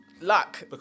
luck